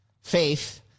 Faith